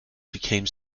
became